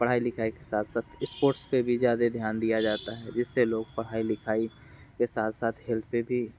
पढ़ाई लिखाई के साथ साथ स्पोर्ट्स पर भी ज़्यादे ध्यान दिया जाता है जिससे लोग पढ़ाई लिखाई के साथ साथ हेल्थ पर भी